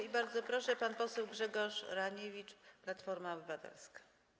I bardzo proszę, pan poseł Grzegorz Raniewicz, Platforma Obywatelska.